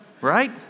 right